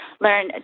learn